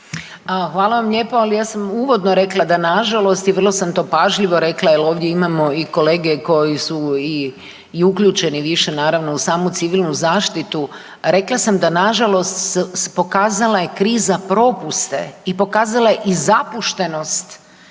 Hvala vam lijepo, ali ja sam uvodno rekla da nažalost i vrlo sam to pažljivo rekla jer ovdje imamo i kolege koji su i uključeni više naravno u samu civilnu zaštitu, rekla sam da nažalost, pokazala je kriza propuste i pokazala je i zapuštenost